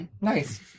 Nice